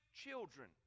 children